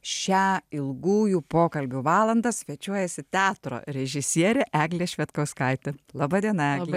šią ilgųjų pokalbių valandą svečiuojasi teatro režisierė eglė švedkauskaitė laba diena egle